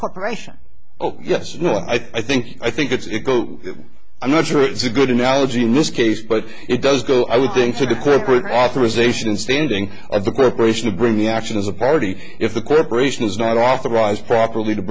corporation oh yes no i think i think it's i'm not sure it's a good analogy in this case but it does go i would think to the corporate authorization standing at the corporation to bring the action as a party if the corporation is not authorized properly to